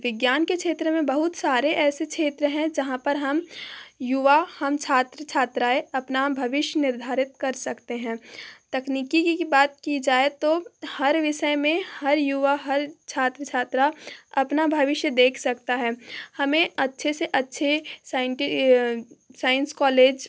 विज्ञान के क्षेत्र में बहुत सारे ऐसे क्षेत्र हैं जहाँ पर हम युवा हम छात्र छात्राएं अपना भविष्य निर्धारित कर सकते हैं तकनीकी की बात की जाए तो हर विषय में हर युवा हर छात्र छात्रा अपना भविष्य देख सकता है हमें अच्छे से अच्छे साइंस कॉलेज